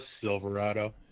silverado